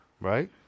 right